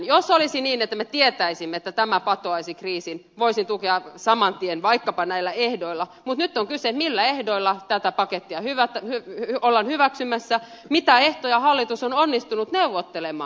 jos olisi niin että me tietäisimme että tämä patoaisi kriisin voisin tukea tätä saman tien vaikkapa näillä ehdoilla mutta nyt on kyse siitä millä ehdoilla tätä pakettia ollaan hyväksymässä mitä ehtoja hallitus on onnistunut neuvottelemaan